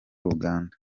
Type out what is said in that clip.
uganda